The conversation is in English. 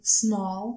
small